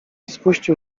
spuścił